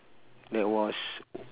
that was